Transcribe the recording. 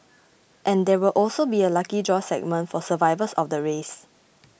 and there will also be a lucky draw segment for survivors of the race